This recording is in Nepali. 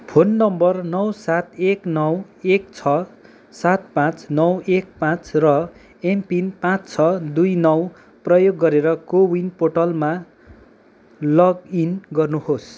फोन नम्बर नौ सात एक नौ एक छ सात पाँच नौ एक पाँच र एमपिन पाँच छ दुई नौ प्रयोग गरेर कोविन पोर्टलमा लगइन गर्नुहोस्